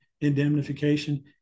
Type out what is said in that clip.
indemnification